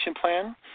plan